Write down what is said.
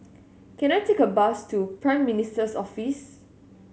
can I take a bus to Prime Minister's Office